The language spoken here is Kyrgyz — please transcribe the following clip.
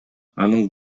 анын